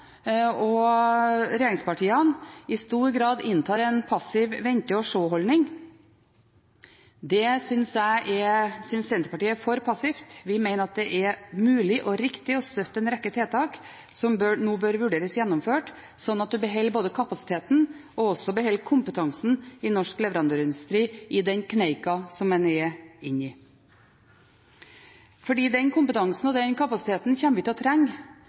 og regjeringspartiene i stor grad inntar en passiv vente-og-se-holdning. Det synes Senterpartiet er for passivt. Vi mener at det er mulig og riktig å støtte en rekke tiltak som nå bør vurderes gjennomført, slik at en beholder både kapasiteten og kompetansen i norsk leverandørindustri i den kneika en er inne i. Den kompetansen og kapasiteten kommer vi til å trenge